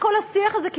לכן כל השיח הזה,